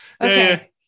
Okay